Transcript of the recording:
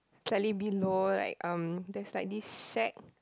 slightly below like uh there's like this shack